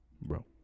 Bro